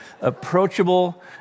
approachable